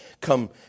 come